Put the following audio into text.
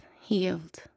healed